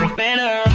better